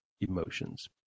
emotions